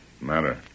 matter